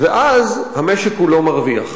ואז המשק כולו מרוויח.